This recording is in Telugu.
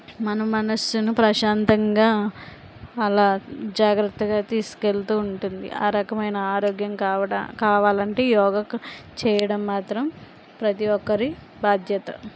మన మనస్సును ప్రశాంతంగా అలా జాగ్రత్తగా తీసుకెళ్తూ ఉంటుంది ఆ రకమైన ఆరోగ్యం కావడం కావాలంటే యోగా చేయడం మాత్రం ప్రతి ఒక్కరి బాధ్యత